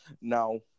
Now